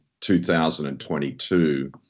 2022